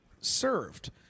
served